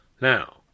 Now